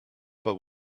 but